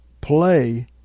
play